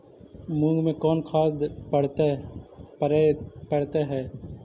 मुंग मे कोन खाद पड़तै है?